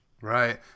Right